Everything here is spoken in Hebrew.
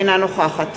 אינה נוכחת